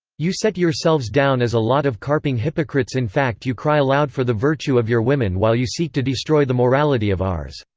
you set yourselves down as a lot of carping hypocrites in fact you cry aloud for the virtue of your women while you seek to destroy the morality of ours.